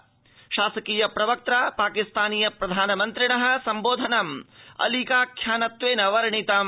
एकेन शासकीय प्रवक्त्रा पाकिस्तानीय प्रधानमन्त्रिणः संबोधनम् अलीकाख्यानत्वेन वर्णितम्